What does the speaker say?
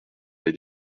les